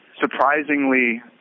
surprisingly –